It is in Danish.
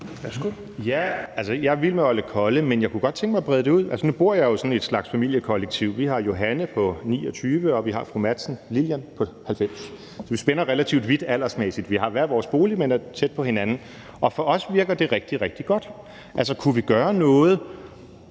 Ja, altså, jeg er vild med oldekolle, men jeg kunne godt tænke mig at brede det ud. Nu bor jeg jo i en slags familiekollektiv: Vi har Johanne på 29 år, og vi har Lillian på 90 år. Vi spænder relativt vidt aldersmæssigt, vi har hver vores bolig, men er tæt på hinanden, og for os virker det rigtig, rigtig godt. Altså, kunne vi gøre et